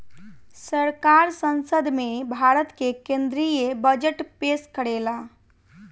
सरकार संसद में भारत के केद्रीय बजट पेस करेला